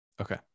Okay